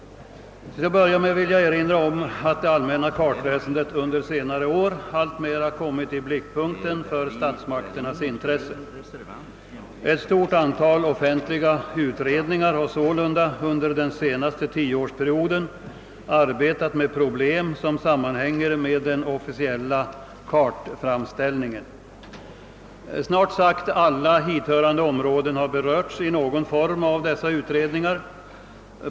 Till att börja med vill jag erinra om att det allmänna kartväsendet under senare år alltmera kommit i blickpunkten för statsmakternas intresse. Ett stort antal offentliga utredningar har sålunda under den senaste tioårsperioden arbetat med problem som sammanhänger med den officiella kartframställningen. Snart sagt alla hithörande områden har berörts i någon form av dessa utredningar.